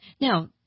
Now